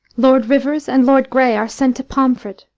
lord rivers and lord grey are sent to pomfret,